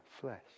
flesh